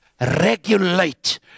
regulate